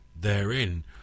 therein